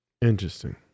Interesting